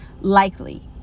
Likely